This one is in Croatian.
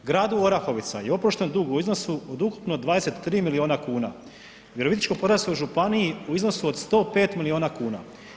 Gradu Orahovica je oprošten dug u iznosu od ukupno 23 milijuna kuna, Virovitičko-podravskoj županiji u iznosu od 105 milijuna kuna.